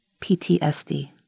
PTSD